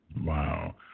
Wow